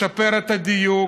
לשפר את הדיוק,